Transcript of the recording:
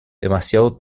demasiado